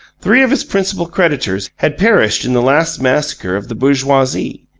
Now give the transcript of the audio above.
three of his principal creditors had perished in the last massacre of the bourgeoisie,